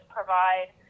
provide